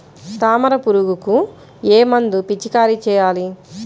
తామర పురుగుకు ఏ మందు పిచికారీ చేయాలి?